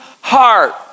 heart